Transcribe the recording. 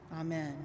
Amen